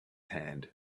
hand